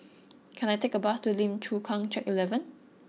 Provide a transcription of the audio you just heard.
can I take a bus to Lim Chu Kang Track Eleven